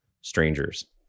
strangers